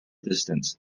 distance